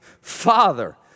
Father